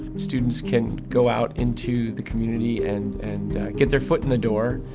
students can go out into the community, and and get their foot in the door